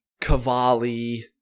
Cavalli